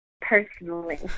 personally